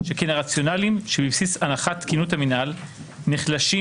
שכן הרציונלים שבבסיס הנחת תקינות המנהל נחלשים,